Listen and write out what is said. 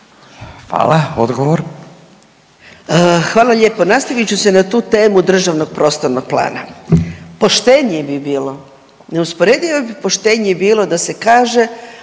Anka (GLAS)** Hvala lijepo. Nastavit ću se na tu temu državnog prostornog plana, poštenije bi bilo, neusporedivo bi poštenije bilo da se kaže